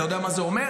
אתה יודע מה זה אומר?